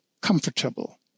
comfortable